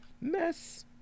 Mess